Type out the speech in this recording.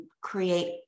create